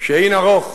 שאין ערוך